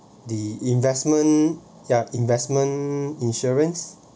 the investment ya investment insurance